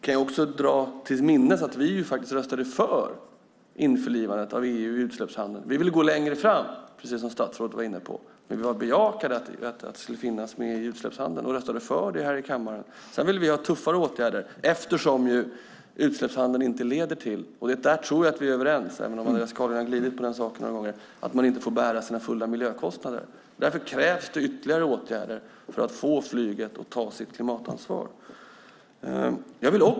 Vi kan dra oss till minnes att vi röstade för införlivandet av EU i utsläppshandeln. Vi ville gå längre, vilket statsrådet var inne på. Vi bejakade att EU skulle finnas med i utsläppshandeln och röstade för det här i kammaren. Sedan ville vi ha tuffare åtgärder eftersom utsläppshandeln inte leder till att man får bära sina fulla miljökostnader. Där tror jag att vi är överens, även om Andreas Carlgren har glidit lite på den punkten. Därför krävs det ytterligare åtgärder för att få flyget att ta sitt klimatansvar.